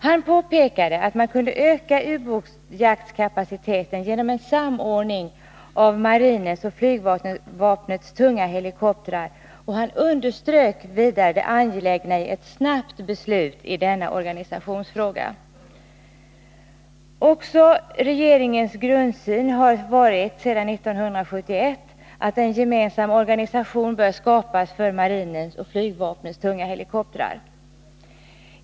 Han påpekade att man kunde öka ubåtsjaktkapaciteten genom en samordning av marinens och flygvapnets tunga helikoptrar, och han underströk det angelägna i ett snabbt beslut i denna organisationsfråga. Också regeringens grundsyn har sedan 1971 varit, att en gemensam organisation bör skapas för marinens och flygvapnets tunga helikoptrar.